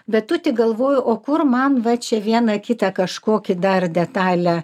bet tu tik galvoju o kur man va čia vieną kitą kažkokį dar detalę